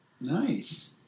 Nice